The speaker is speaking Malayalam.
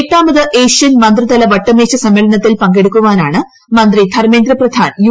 എട്ടാമത് ഏഷ്യൻ മന്ത്രിതല വട്ടമേശ സമ്മേളനിത്തിൽ പങ്കെടുക്കുവാനാണ് മന്ത്രി ധർമ്മേന്ദ്ര പ്രധാൻ യു